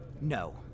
No